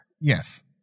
yes